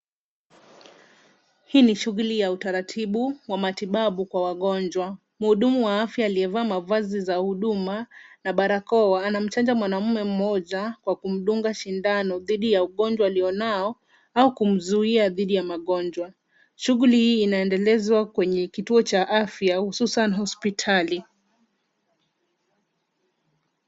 Hii ni shughuli ya utaratibu wa matibabu kwa wagonjwa. Muhudumu wa afya aliyevaa mavazi za huduma, na barakoa, anamchanja mwanaume mmoja, kwa kumdunga sindano dhidi ya ugonjwa alio nao au kumzuia dhidi ya magonjwa. Shughuli hii inaendelezwa kwenye kituo cha afya, hususan hospitali.